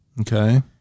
Okay